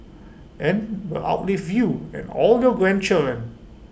and will outlive you and all your grandchildren